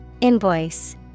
Invoice